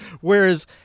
Whereas